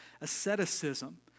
asceticism